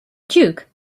duke